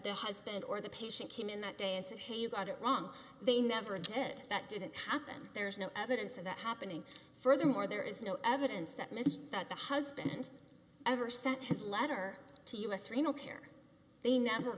the husband or the patient came in that day and said hey you got it wrong they never did that didn't happen there is no evidence of that happening furthermore there is no evidence that mr that the husband ever sent his letter to us or you know care they never